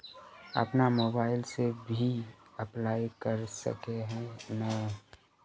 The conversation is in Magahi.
अपन मोबाईल से भी अप्लाई कर सके है नय?